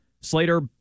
Slater